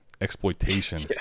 exploitation